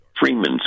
Freemans